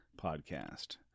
podcast